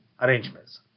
arrangements